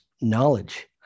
knowledge